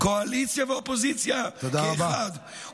קואליציה ואופוזיציה כאחד,